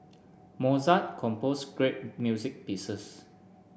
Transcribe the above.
Mozart composed great music pieces